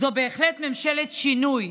זו בהחלט ממשלת שינוי,